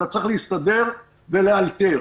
אתה צריך להסתדר ולאלתר.